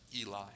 Eli